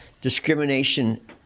discrimination